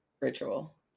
ritual